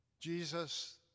Jesus